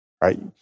Right